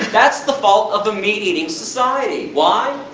that's the fault of a meat eating society! why?